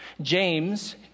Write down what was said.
James